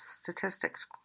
statistics